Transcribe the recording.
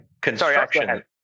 Construction